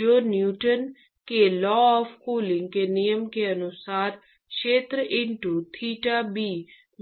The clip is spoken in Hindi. जो न्यूटन के लॉ ऑफ़ कूलिंग के नियम के अनुसार क्षेत्र इंट्रो थीटा b में h द्वारा दिया गया है